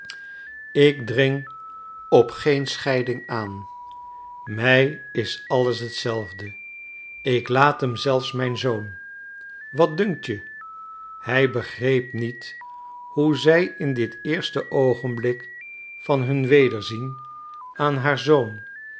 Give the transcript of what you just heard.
ik dring op geen scheiding aan mij is alles hetzelfde ik laat hem zelfs mijn zoon wat dunkt je hij begreep niet hoe zij in dit eerste oogenblik van hun wederzien aan haar zoon